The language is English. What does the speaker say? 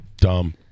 Dumb